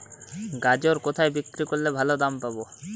গাজর কোথায় বিক্রি করলে ভালো দাম পাব?